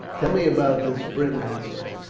tell me about this britain of yours.